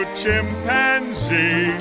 chimpanzee